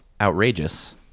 outrageous